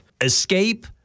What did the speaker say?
escape